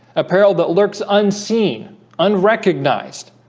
a peril that lurks unseen unrecognized